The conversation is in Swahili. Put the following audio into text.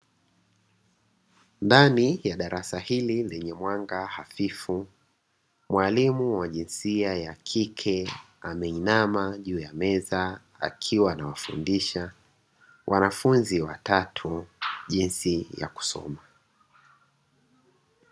Ndani ya darasa hili lenye mwanga hafifu, mwalimu wa jinsia ya kike ameinama juu ya meza akiwa anawafundisha wanafunzi watatu jinsi ya kusoma.